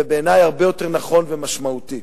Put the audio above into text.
ובעיני הרבה יותר נכון ומשמעותי.